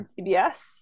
CBS